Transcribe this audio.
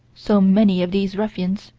so many of these ruffians,